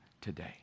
today